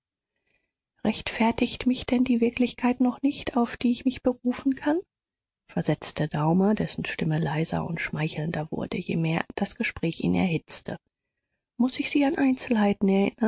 rechtfertigt mich denn die wirklichkeit noch nicht auf die ich mich berufen kann versetzte daumer dessen stimme leiser und schmeichelnder wurde je mehr das gespräch ihn erhitzte muß ich sie an einzelheiten